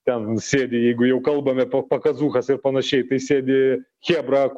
ten sėdi jeigu jau kalbame pakazūchas ir panašiai tai sėdi chebra